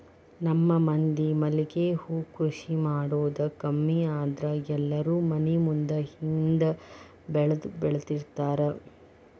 ನಮ್ಮ ಮಂದಿ ಮಲ್ಲಿಗೆ ಹೂ ಕೃಷಿ ಮಾಡುದ ಕಮ್ಮಿ ಆದ್ರ ಎಲ್ಲಾರೂ ಮನಿ ಮುಂದ ಹಿಂದ ಬೆಳ್ದಬೆಳ್ದಿರ್ತಾರ